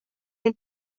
den